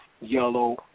yellow